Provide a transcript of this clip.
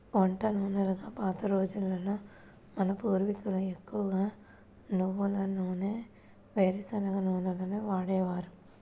వంట నూనెలుగా పాత రోజుల్లో మన పూర్వీకులు ఎక్కువగా నువ్వుల నూనె, వేరుశనగ నూనెలనే వాడేవారు